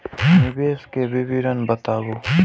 निवेश के विवरण बताबू?